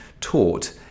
taught